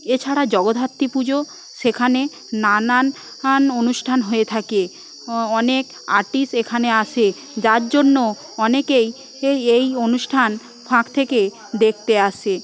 এছাড়া জগদ্ধাত্রী পুজো সেখানে নানান অনুষ্ঠান হয়ে থাকে অনেক আর্টিস্ট এখানে আসে যার জন্য অনেকেই এই এই অনুষ্ঠান ফাঁক থেকে দেখতে আসে